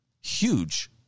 huge